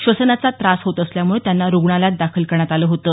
श्वसनाचा त्रास होत असल्यामुळं त्यांना रूग्णालयात दाखल करण्यात आलं होतं